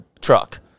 truck